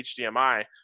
HDMI